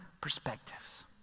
perspectives